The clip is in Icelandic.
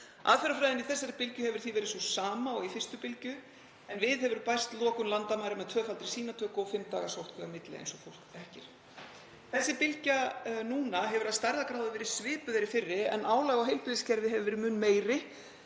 Aðferðafræðin í þessari bylgju hefur því verið sú sama og í fyrstu bylgju en við hefur bæst lokun landamæra með tvöfaldri sýnatöku og fimm daga sóttkví á milli, eins og fólk þekkir. Þessi bylgja núna hefur að stærðargráðu verið svipuð þeirri fyrri en álag á heilbrigðiskerfið hefur verið mun meira